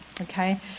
Okay